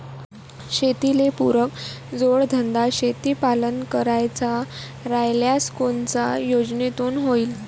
शेतीले पुरक जोडधंदा शेळीपालन करायचा राह्यल्यास कोनच्या योजनेतून होईन?